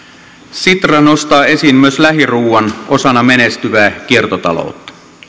sitra nostaa esiin myös lähiruuan osana menestyvää kiertotaloutta